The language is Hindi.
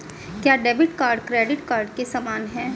क्या डेबिट कार्ड क्रेडिट कार्ड के समान है?